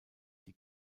die